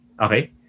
Okay